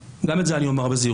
גם את זה אני אומר בזהירות,